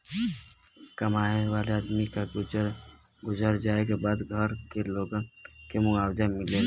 कमाए वाले आदमी क गुजर जाए क बाद घर के लोगन के मुआवजा मिलेला